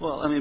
well i mean